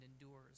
endures